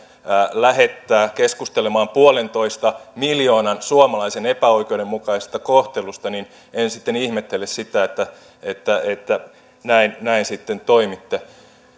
lähettää keskustelemaan yhden pilkku viiden miljoonan suomalaisen epäoikeudenmukaisesta kohtelusta niin en sitten ihmettele sitä että että näin näin toimitte